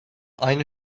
aynı